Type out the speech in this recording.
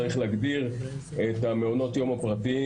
צריך להגדיר את המעונות היום הפרטיים